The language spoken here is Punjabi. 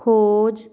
ਖੋਜ